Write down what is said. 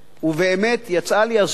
באמת, יצאה לי הזכות להוביל,